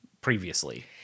previously